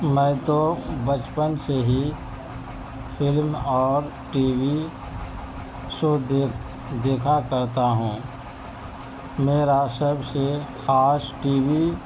میں تو بچپن سے ہی فلم اور ٹی وی شو دیکھ دیکھا کرتا ہوں میرا سب سے خاص ٹی وی